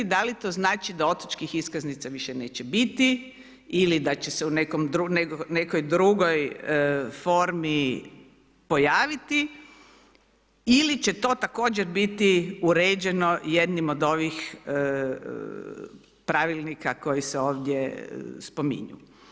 Da li to znači da otočkih iskaznica više neće biti ili da će se u nekoj drugoj formi pojaviti ili će to također biti uređeno jednim od ovih Pravilnika koji se ovdje spominju.